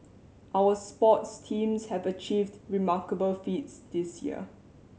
our sports teams have achieved remarkable feats this year